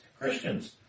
Christians